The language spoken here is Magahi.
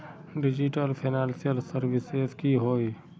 डिजिटल फैनांशियल सर्विसेज की होय?